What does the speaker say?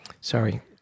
sorry